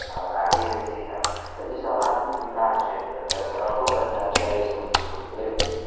आ गाड़ी एजेंसी हइ तऽ इसभ आधुनिक विकास छै एतय सड़को बढ़िआँ छै समस्तीपुरके